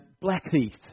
blackheath